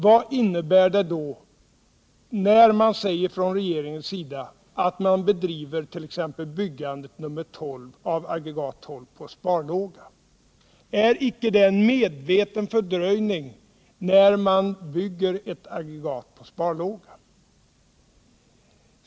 Vad innebär det då när regeringen säger att t.ex. byggandet av aggregat nr 12 står på sparlåga? Är icke det en medveten fördröjning när man låter byggandet av ett aggregat stå på sparlåga?